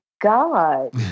God